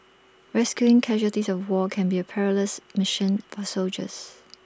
rescuing casualties of war can be A perilous mission for soldiers